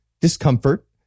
discomfort